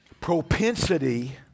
propensity